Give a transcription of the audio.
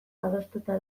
adostuta